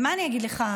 מה אני אגיד לך,